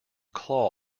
claw